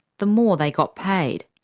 the more they got paid.